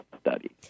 study